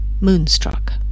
moonstruck